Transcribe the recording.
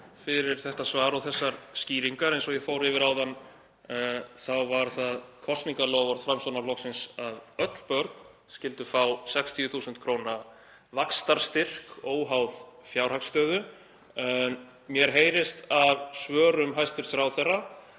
fyrir þetta svar og þessar skýringar. Eins og ég fór yfir áðan þá var það kosningaloforð Framsóknarflokksins að öll börn skyldu fá 60.000 kr. vaxtarstyrk óháð fjárhagsstöðu. Mér heyrist af svörum hæstv. ráðherra